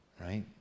right